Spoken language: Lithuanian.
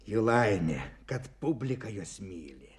jų laimė kad publika juos myli